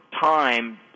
time